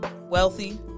wealthy